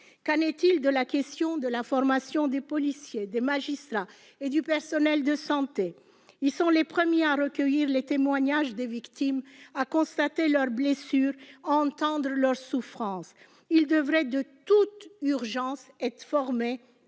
Qu'en est-il de la formation des policiers, des magistrats et du personnel de santé ? Ces professionnels sont les premiers à recueillir les témoignages des victimes, à constater leurs blessures, à entendre leur souffrance. Ils devraient être formés